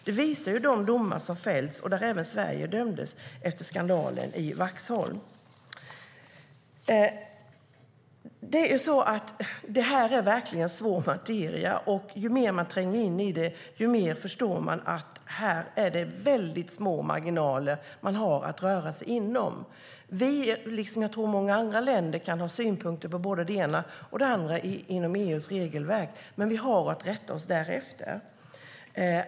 Det visar de domar som fallit, och där även Sverige dömdes efter skandalen i Vaxholm.Detta är verkligen svår materia, och ju mer man tränger in i den, desto mer förstår man att det är väldigt små marginaler man har att röra sig inom. Vi, liksom många andra länder, kan ha synpunkter på både det ena och det andra inom EU:s regelverk, men vi har att rätta oss därefter.